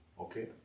okay